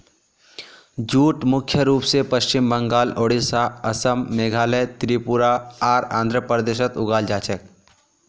jute मुख्य रूप स पश्चिम बंगाल, ओडिशा, असम, मेघालय, त्रिपुरा आर आंध्र प्रदेशत उगाल जा छेक